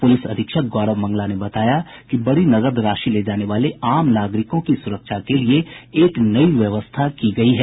police अधीक्षक गौरव मंगला ने बताया कि बड़ी नकद राशि ले जाने वाले आम नागरिकों की सुरक्षा के लिये एक नई व्यवस्था की गयी है